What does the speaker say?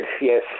yes